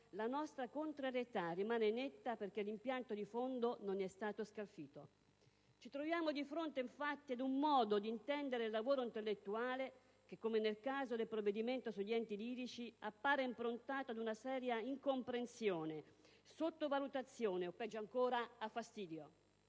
la nostra contrarietà rimane netta, perché l'impianto di fondo non è stato scalfito. Ci troviamo di fronte, infatti, ad un modo di intendere il lavoro intellettuale che, come nel caso del provvedimento sugli enti lirici, appare improntato ad una seria incomprensione, sottovalutazione o, peggio ancora, a fastidio.